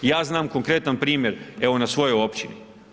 Ja znam konkretan primjer, evo na svojoj općini.